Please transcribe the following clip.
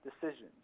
decisions